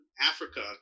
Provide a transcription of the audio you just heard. Africa